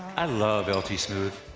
i love lt smooth.